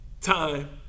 time